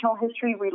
history